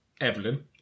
Evelyn